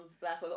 black